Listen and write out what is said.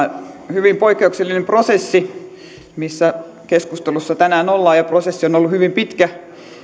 hyvin poikkeuksellinen prosessi minkä keskustelussa tänään ollaan ja prosessi on ollut hyvin pitkä